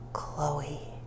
Chloe